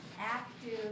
active